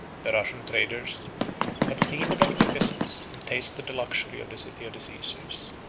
the russian traders had seen the magnificence, and tasted the luxury of the city of the caesars.